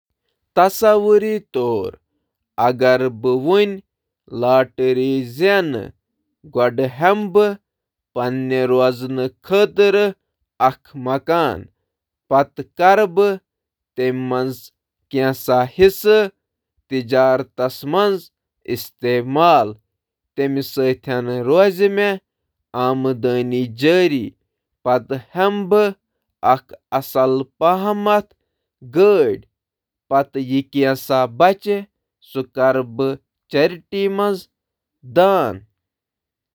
تصور کٔرِو زِ بہٕ زینہِ لاٹری ۔ بہٕ ہینہٕ مکان تہٕ کارٕبارَس منٛز انویسٹہٕ کَرٕ تہٕ بہٕ ہینہٕ اکھ کار تہٕ باقی پۄنٛسہٕ تہِ کَرٕ بہٕ عطیہ ۔